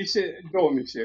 visi domisi